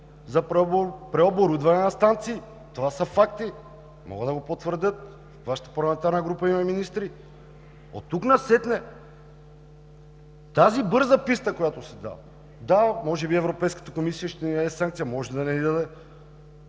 за преоборудване на станции. Това са факти, могат да го потвърдят – Вашата парламентарна група има и министри. Оттук насетне тази бърза писта, която се дава – да, може би Европейската комисия ще ни даде санкция, може да не ни даде,